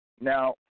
Now